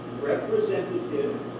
representative